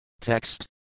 Text